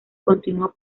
continuó